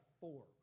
four